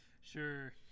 Sure